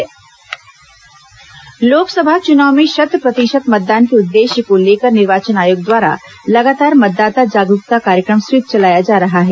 SVEEP कार्यक्रम लोकसभा चुनाव में शत प्रतिशत मतदान के उद्देश्य को लेकर निर्वाचन आयोग द्वारा लगातार मतदाता जागरूकता कार्यक्रम स्वीप चलाया जा रहा है